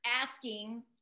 asking